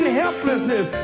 helplessness